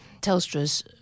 Telstra's